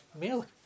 milk